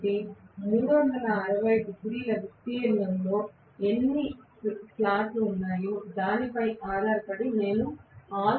కాబట్టి 360 డిగ్రీల విస్తీర్ణంలో ఎన్ని స్లాట్లు ఉన్నాయో దానిపై ఆధారపడి నేను α